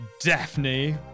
Daphne